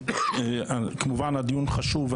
כמובן שהדיון חשוב,